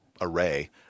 array